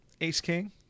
Ace-king